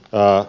pää